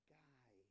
guy